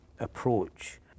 approach